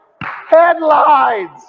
headlines